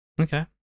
Okay